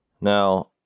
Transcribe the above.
Now